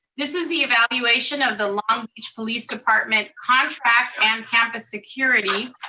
this is the evaluation of the long beach police department contract and campus security.